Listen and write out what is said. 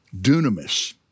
dunamis